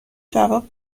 جواب